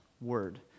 Word